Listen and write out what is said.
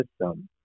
system